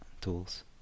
tools